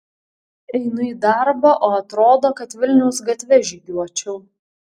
einu į darbą o atrodo kad vilniaus gatve žygiuočiau